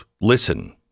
listen